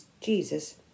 Jesus